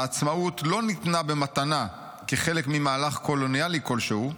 העצמאות לא ניתנה במתנה כחלק ממהלך קולוניאלי כלשהו.